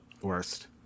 worst